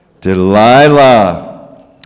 Delilah